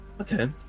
Okay